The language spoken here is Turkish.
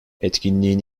etkinliğin